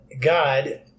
God